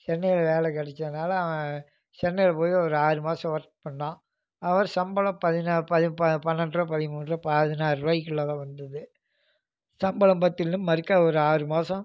சென்னையில் வேலை கெடைச்சதுனால அவன் சென்னையில் போய் ஒரு ஆறு மாதம் ஒர்க் பண்ணான் அவர் சம்பளம் பதினாலு பன்னெண்டுருவா பதிமூன்றுரூவா பதினாலுரூவாயிக்குள்ளே தான் வந்தது சம்பளம் பத்தலை மறுக்கா ஒரு ஆறு மாசம்